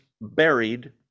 buried